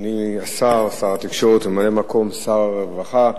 אדוני השר, שר התקשורת וממלא-מקום שר הרווחה,